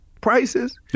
prices